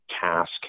task